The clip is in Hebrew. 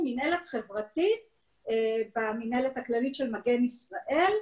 מנהלת חברתית במנהלת הכללית של 'מגן ישראל',